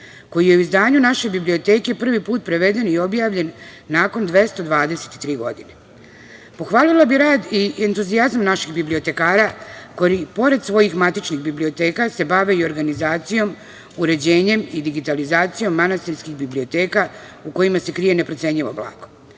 koji je u izdanju naše biblioteke prvi put preveden i objavljen nakon 223 godine. Pohvalila bi rad i entuzijazam naših bibliotekara koji pored svojih matičnih biblioteka bave se i organizacijom, uređenjem i digitalizacijom manastirskih biblioteka u kojima se krije neprocenjivo blago.